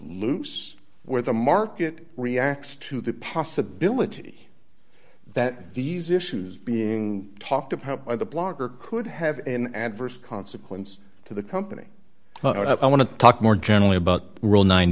lose where the market reacts to the possibility that these issues being talked about by the blogger could have an adverse consequence to the company but i want to talk more generally about rule nine